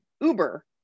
Uber